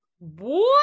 boy